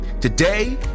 Today